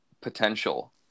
potential